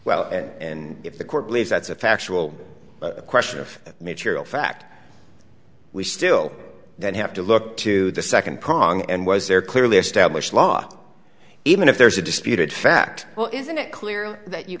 well and if the court believes that's a factual question of material fact we still then have to look to the second prong and was there clearly established law even if there's a disputed fact well isn't it clear that you